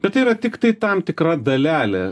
bet yra tiktai tam tikra dalelė